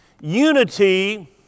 Unity